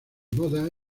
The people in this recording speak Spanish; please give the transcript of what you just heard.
moda